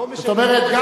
זאת אומרת,